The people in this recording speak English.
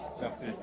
Merci